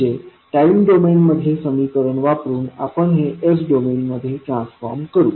म्हणजे time domain मधले समीकरण वापरुन आपण हे s डोमेनमध्ये ट्रान्सफॉर्म करू